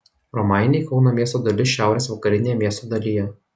romainiai kauno miesto dalis šiaurės vakarinėje miesto dalyje